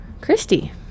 christy